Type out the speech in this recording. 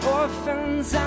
orphans